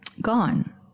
gone